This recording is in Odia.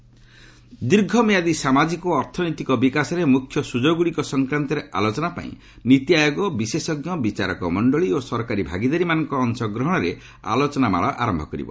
ନୀତି ଦୀର୍ଘ ମିଆଦି ସାମାଜିକ ଓ ଅର୍ଥନୈତିକ ବିକାଶରେ ମ୍ରଖ୍ୟ ସ୍ରଯୋଗଗ୍ରଡ଼ିକ ସଂକ୍ରାନ୍ତରେ ଆଲୋଚନା ପାଇଁ ନିତିଆୟୋଗ ବିଶେଷଜ୍ଞ ବିଚାରକ ମଣ୍ଡଳୀ ଓ ସରକାରୀ ଭାଗିଦାରୀମାନଙ୍କ ଅଂଶଗ୍ରହଣରେ ଆଲୋଚନାମାଳା ଆରମ୍ଭ କରିବ